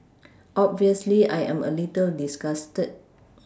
obviously I am a little disgusted